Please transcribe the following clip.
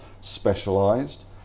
specialised